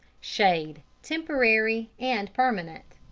shade temporary and permanent.